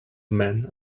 men